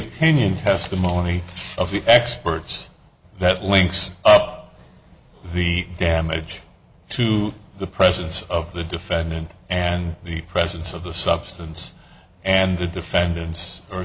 opinion testimony of the experts that links up the damage to the presence of the defendant and the presence of the substance and the defendant's or